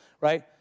right